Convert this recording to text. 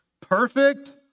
Perfect